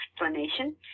explanation